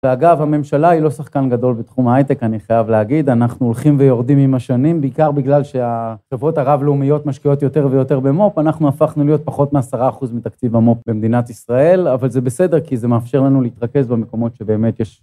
ואגב, הממשלה היא לא שחקן גדול בתחום ההייטק, אני חייב להגיד, אנחנו הולכים ויורדים עם השנים, בעיקר בגלל שהתשוות הערב-לאומיות משקיעות יותר ויותר במופ, אנחנו הפכנו להיות פחות מעשרה אחוז מתקציב המופ במדינת ישראל, אבל זה בסדר, כי זה מאפשר לנו להתרכז במקומות שבאמת יש...